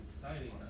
exciting